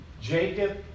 Jacob